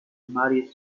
mary